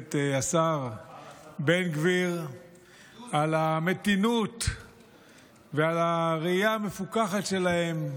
הכנסת השר בן גביר על המתינות ועל הראייה המפוכחת שלהם.